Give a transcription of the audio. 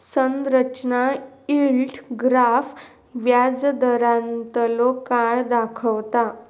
संरचना yield graph व्याजदारांतलो काळ दाखवता